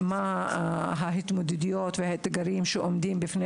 מה ההתמודדויות והאתגרים שעומדים בפני